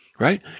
right